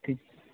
ठीक